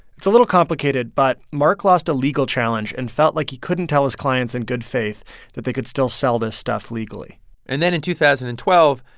it's a little complicated, but mark lost a legal challenge and felt like he couldn't tell his clients in good faith that they could still sell this stuff legally and then in two thousand and twelve,